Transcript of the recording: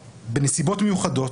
הוספנו את המילים נסיבות מיוחדות.